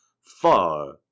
far